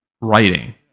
writing